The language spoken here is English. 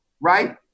right